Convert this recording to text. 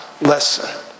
lesson